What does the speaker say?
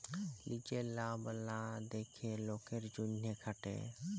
লিজের লাভ লা দ্যাখে লকের জ্যনহে খাটে